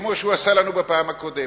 כמו שהוא עשה לנו בפעם הקודמת.